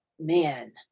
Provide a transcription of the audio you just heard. man